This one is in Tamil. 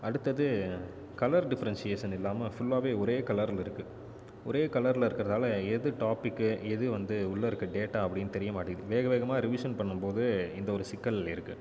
அடுத்தது கலர் டிஃப்ரென்ஷியேஸன் இல்லாமல் ஃபுல்லாகவே ஒரே கலரில் இருக்குது ஒரே கலரில் இருக்கிறதால எது டாப்பிக்கு எது வந்து உள்ளே இருக்க டேட்டா அப்படின்னு தெரியமாட்டேங்குது வேக வேகமாக ரிவிஷன் பண்ணும் போது இந்த ஒரு சிக்கல் இருக்குது